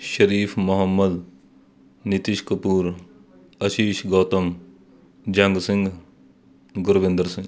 Sharif Muhammad Nitish Kapoor Ashish Gautam Jang Singh Gurvinder Singh